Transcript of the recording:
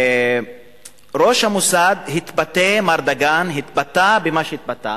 ראש המוסד, מר דגן, התבטא במה שהתבטא